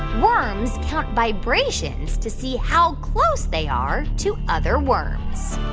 worms count vibrations to see how close they are to other worms?